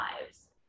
lives